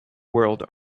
world